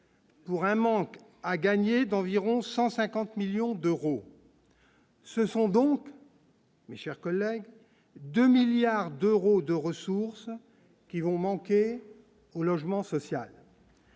pour un un manque à gagner d'environ 150 millions d'euros. Ce sont donc. Mais, chers collègues, 2 milliards d'euros de ressources qui vont manquer au logement social.